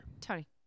Tony